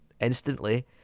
Instantly